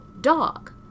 dog